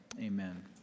amen